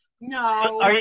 No